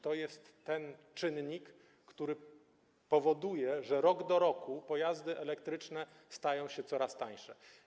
To jest ten czynnik, który powoduje, że rok do roku pojazdy elektryczne stają się coraz tańsze.